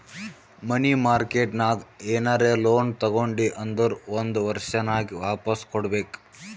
ಮನಿ market ನಾಗ್ ಏನರೆ loan ತಗೊಂಡಿ ಅಂದುರ್ ಒಂದ್ ವರ್ಷನಾಗೆ ವಾಪಾಸ್ ಕೊಡ್ಬೇಕ್